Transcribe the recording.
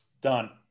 Done